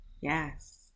Yes